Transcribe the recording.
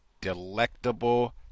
delectable